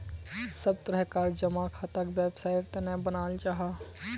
सब तरह कार जमा खाताक वैवसायेर तने बनाल जाहा